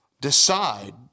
decide